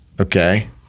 okay